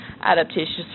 adaptations